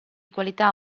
qualità